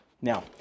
Now